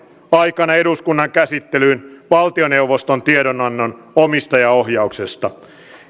aikana eduskunnan käsittelyyn valtioneuvoston tiedonannon omistajaohjauksesta